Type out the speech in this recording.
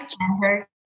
gender